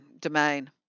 domain